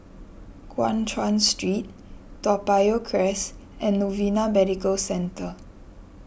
Guan Chuan Street Toa Payoh Crest and Novena Medical Centre